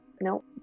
nope